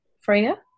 Freya